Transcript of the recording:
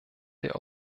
der